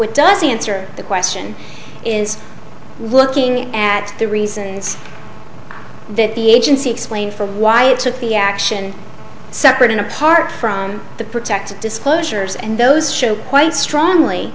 what does answer the question is looking at the reasons that the agency explain for why it took the action separate and apart from the protect disclosures and those show quite strongly